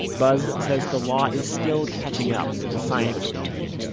buzz says the law is still catching up with the science of dna.